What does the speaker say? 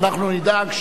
ואנחנו נדאג,